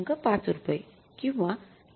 ५ रुपये किंवा १